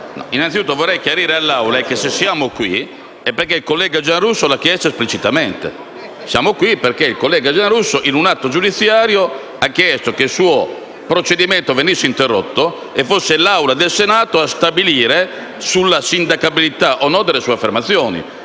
innanzitutto vorrei chiarire all'Assemblea che se siamo qui, è perché il collega Giarrusso lo ha chiesto esplicitamente: siamo qui perché il collega Giarrusso, in un atto giudiziario, ha chiesto che il suo procedimento venisse interrotto e fosse l'Assemblea del Senato a stabilire la sindacabilità delle sue affermazioni.